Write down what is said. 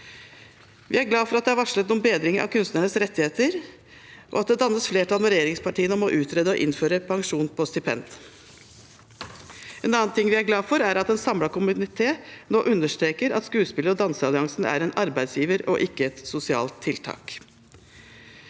Vi er glade for at det er varslet noen bedringer av kunstneres rettigheter, og at det dannes flertall med regjeringspartiene om å utrede å innføre pensjon på stipend. En annen ting vi er glade for, er at en samlet komité nå understreker at Skuespiller- og danseralliansen er en arbeidsgiver, og ikke et sosialt tiltak.